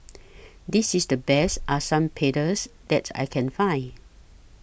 This IS The Best Asam Pedas that I Can Find